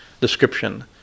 description